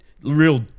real